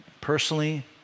Personally